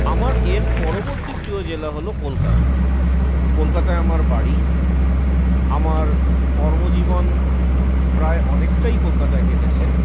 আমার এর পরবর্তী প্রিয় জেলা হল কলকাতা কলকাতায় আমার বাড়ি আমার কর্মজীবন প্রায় অনেকটাই কলকাতায় কেটেছে